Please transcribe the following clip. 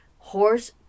horse